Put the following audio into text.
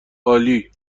عالی